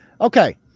okay